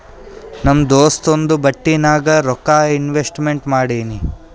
ನಮ್ ದೋಸ್ತುಂದು ಬಟ್ಟಿ ನಾಗ್ ರೊಕ್ಕಾ ಇನ್ವೆಸ್ಟ್ಮೆಂಟ್ ಮಾಡಿನಿ